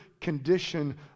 condition